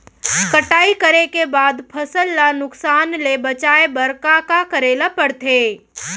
कटाई करे के बाद फसल ल नुकसान ले बचाये बर का का करे ल पड़थे?